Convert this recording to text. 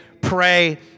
pray